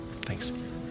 Thanks